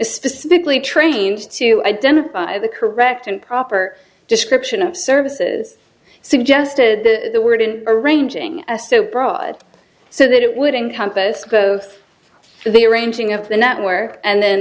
specifically trained to identify the correct and proper description of services suggested the word in arranging a so broad so that it would encompass both the arranging of the network and